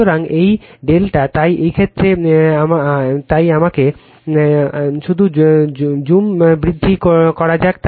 সুতরাং এই ∆ তাই এই ক্ষেত্রে এই ক্ষেত্রে তাই আমাকে আমাকে eh শুধু জুম বৃদ্ধি করা যাক